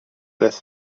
bless